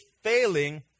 failing